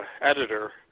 editor